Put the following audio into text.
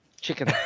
Chicken